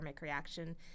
reaction